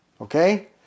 okay